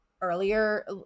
earlier